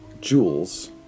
Jules